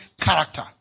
character